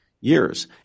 years